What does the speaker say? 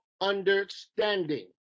understanding